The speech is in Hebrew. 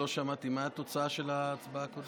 לא שמעתי מה התוצאה של ההצבעה הקודמת.